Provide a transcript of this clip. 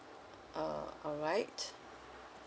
uh all right